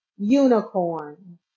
unicorn